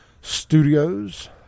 Studios